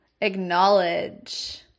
acknowledge